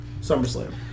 SummerSlam